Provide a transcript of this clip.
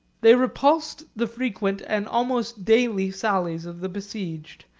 they repulsed the frequent and almost daily sallies of the besieged,